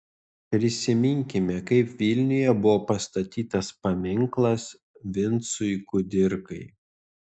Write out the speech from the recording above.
prisiminkime kaip vilniuje buvo pastatytas paminklas vincui kudirkai